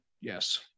Yes